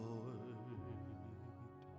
Lord